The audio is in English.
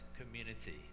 community